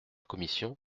commission